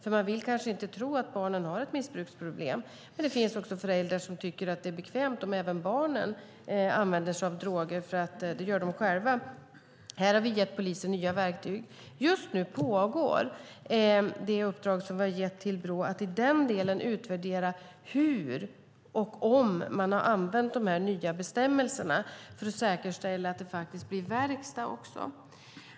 De vill kanske inte tro att barnen har ett missbruksproblem. Men det finns också föräldrar som tycker att det är bekvämt om även barnen använder sig av droger eftersom de själva gör det. Här har vi gett polisen nya verktyg. Just nu pågår det uppdrag som vi har gett till Brå att i den delen utvärdera hur och om polisen har använt de nya bestämmelserna för att säkerställa att det blir verkstad också.